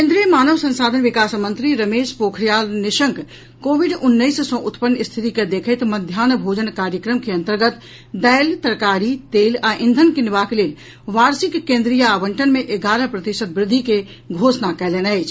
केन्द्रीय मानव संसाधन विकास मंत्री रमेश पोखरियाल निशंक कोविड उन्नैस सॅ उत्पन्न स्थिति के देखैत मध्याह्न भोजन कार्यक्रम के अंतर्गत दालि तरकारी तेल आ ईधन कीनबाक लेल वार्षिक केन्द्रीय आवंटन मे एगारह प्रतिशत वृद्धि के घोषणा कयलनि अछि